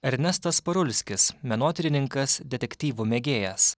ernestas parulskis menotyrininkas detektyvų mėgėjas